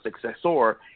successor